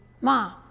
mom